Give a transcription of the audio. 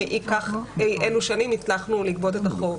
אי אלו שנים הצלחנו לגבות את החוב.